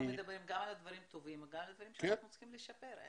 אנחנו מדברים גם על דברים טובים וגם על דברים שאנחנו צריכים לשפר.